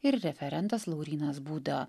ir referentas laurynas būda